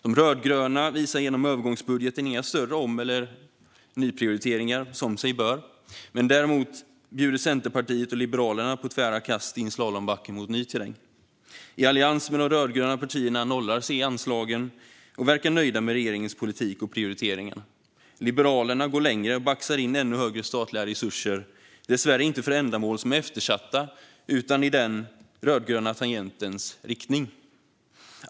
De rödgröna visar genom övergångsbudgeten inga större om eller nyprioriteringar, som sig bör, men däremot bjuder Centerpartiet och Liberalerna på tvära kast i en slalombacke mot ny terräng. I allians med de rödgröna partierna nollar C anslagen, och man verkar nöjd med regeringens politik och prioriteringar. Liberalerna går längre och baxar in ännu större statliga resurser, dessvärre inte för ändamål som är eftersatta utan i den rödgröna tangentens riktning.